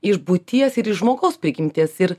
iš būties ir iš žmogaus prigimties ir